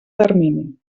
termini